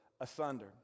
asunder